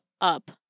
up